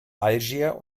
algier